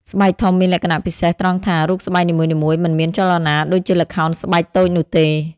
ស្បែកធំមានលក្ខណៈពិសេសត្រង់ថា រូបស្បែកនីមួយៗមិនមានចលនាដូចជាល្ខោនស្បែកតូចនោះទេ។